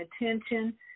attention